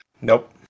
Nope